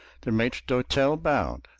the maitre d'hotel bowed.